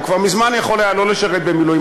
הוא כבר מזמן יכול היה שלא לשרת במילואים,